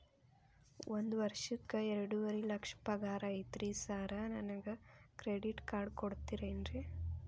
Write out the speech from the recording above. ಒಂದ್ ವರ್ಷಕ್ಕ ಎರಡುವರಿ ಲಕ್ಷ ಪಗಾರ ಐತ್ರಿ ಸಾರ್ ನನ್ಗ ಕ್ರೆಡಿಟ್ ಕಾರ್ಡ್ ಕೊಡ್ತೇರೆನ್ರಿ?